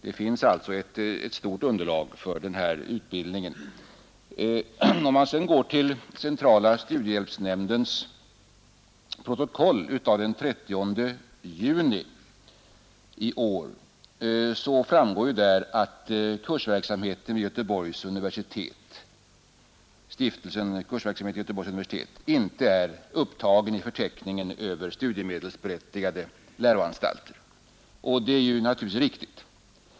Det finns alltså ett stort underlag för denna utbildning. Om man sedan gär till centrala studiehjälpsnämndens protokoll av den 30 juni i är framgår där att Stiftelsen Kursverksamheten vid Göteborgs universitet inte är upptagen i förteckningen över studiemedelsberättigade läroanstalter. och det är naturligtvis riktigt.